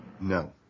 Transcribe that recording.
No